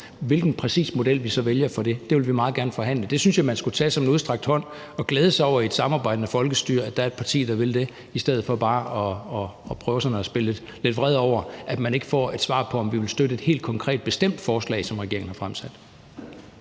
Hvilken præcis model vi så vælger for det, vil vi meget forhandle. Det synes jeg man skulle tage som en udstrakt hånd og glæde sig over, at der i et samarbejdende folkestyre er et parti, der vil det, i stedet for bare at prøve sådan at spille lidt vred over, at man ikke får et svar på, om vi vil støtte et helt konkret forslag, som regeringen har fremsat.